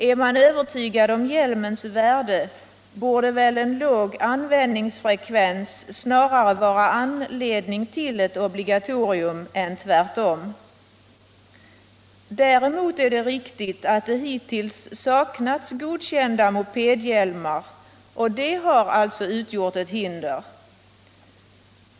Är man övertygad om hjälmens värde, borde väl en låg användningsfrekvens snarare vara anledning till ett obligatorium än tvärtom. Däremot är det riktigt att det hittills har saknats godkända mopedhjälmar, och detta har alltså utgjort ett hinder.